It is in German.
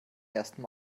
ersten